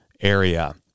area